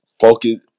focus